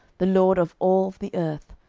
the lord of all the earth,